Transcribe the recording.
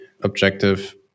objective